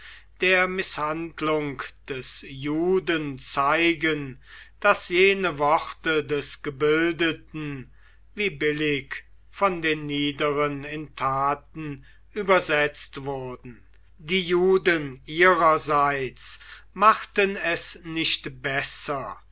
der mißhandlung des juden zeigen daß jene worte der gebildeten wie billig von den niederen in taten übersetzt wurden die juden ihrerseits machten es nicht besser